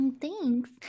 Thanks